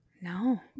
no